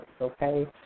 Okay